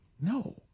No